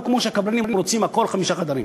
לא כמו שהקבלנים רוצים את הכול חמישה חדרים,